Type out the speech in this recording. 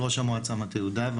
אני ראש המועצה מטה יהודה.